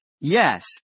Yes